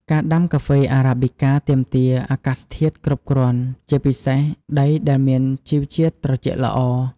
ការដាំកាហ្វេ Arabica ទាមទារអាកាសធាតុគ្រប់គ្រាន់ ជាពិសេសដីដែលមានជីវជាតិត្រជាក់ល្អ។